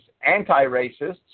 anti-racists